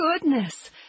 Goodness